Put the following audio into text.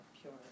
pure